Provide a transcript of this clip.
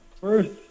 First